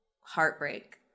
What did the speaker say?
heartbreak